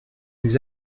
les